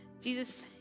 Jesus